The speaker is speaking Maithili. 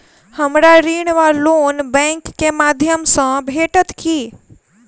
हमरा ऋण वा लोन बैंक केँ माध्यम सँ भेटत की?